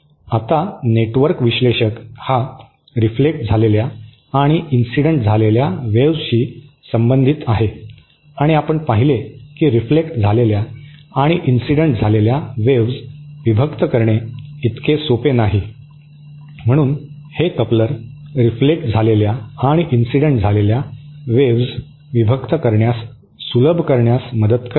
आता नेटवर्क विश्लेषक हा रिफ्लेक्ट झालेल्या आणि इंसिडेन्ट झालेल्या वेव्हसशी संबंधित आहे आणि आपण पाहिले की रिफ्लेक्ट झालेल्या आणि इंसिडेन्ट झालेल्या वेव्हस विभक्त करणे इतके सोपे नाही म्हणून हे कपलर रिफ्लेक्ट झालेल्या आणि इंसिडेन्ट झालेल्या वेव्हस विभक्त करण्यास सुलभ करण्यास मदत करते